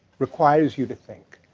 requires you to think.